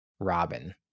Robin